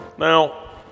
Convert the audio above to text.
Now